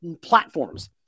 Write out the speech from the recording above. Platforms